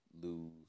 lose